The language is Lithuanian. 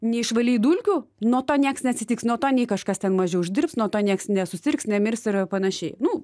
neišvalei dulkių nuo to niekas neatsitiks nuo to nei kažkas ten mažiau uždirbs nuo to niekas nesusirgs nemirs ir panašiai nu